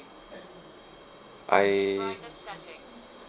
I